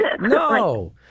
No